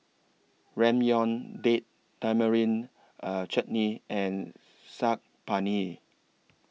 Ramyeon Date Tamarind A Chutney and Saag Paneer